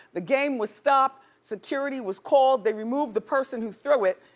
the game was stopped, security was called. they removed the person who threw it.